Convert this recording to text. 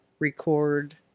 Record